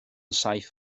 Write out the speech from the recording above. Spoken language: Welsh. saith